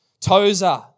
Tozer